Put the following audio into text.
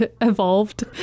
evolved